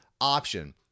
option